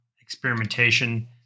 experimentation